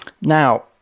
Now